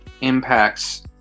impacts